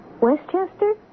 Westchester